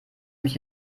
mich